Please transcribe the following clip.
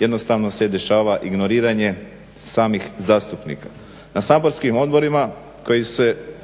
Jednostavno se dešava ignoriranje samih zastupnika. Na saborskim odborima na kojima se